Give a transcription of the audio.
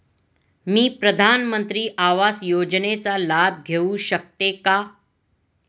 मी प्रधानमंत्री आवास योजनेचा लाभ घेऊ शकते का?